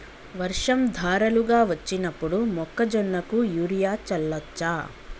వర్షం ధారలుగా వచ్చినప్పుడు మొక్కజొన్న కు యూరియా చల్లచ్చా?